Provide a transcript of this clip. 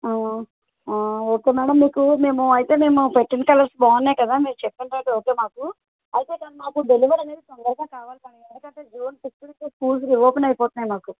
okay madam మీకు మేము అయితే మేము పెట్టిన కలర్స్ బాగున్నాయి కదా మీరు చెప్పిన రేట్ ఓకే మాకు అయితే మ్యామ్ మాకు డెలివరీ అనేది తొందరగా కావాలి మేడం ఎందుకంటే జూన్ ఫిఫ్త్కి స్కూల్స్ రిఓపెన్ అయిపోతున్నాయి మాకు